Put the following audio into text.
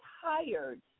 tired